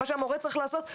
מה שהמורה צריך לעשות,